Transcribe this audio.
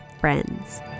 friends